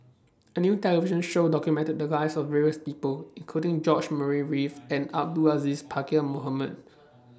A New television Show documented The Lives of various People including George Murray Reith and Abdul Aziz Pakkeer Mohamed